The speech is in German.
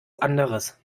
anderes